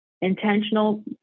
intentional